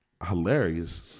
Hilarious